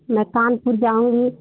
मैं कानपुर जाऊँगी